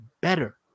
better